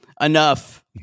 Enough